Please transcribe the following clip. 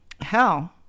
Hell